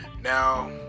now